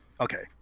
okay